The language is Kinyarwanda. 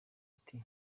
ati